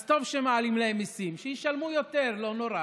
אז טוב שמעלים להם מיסים, שישלמו יותר, לא נורא.